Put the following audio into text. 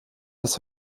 das